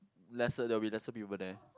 lesser there'll be lesser people there